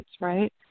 right